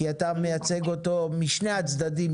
כי אתה מייצג פה משני הצדדיים,